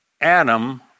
Adam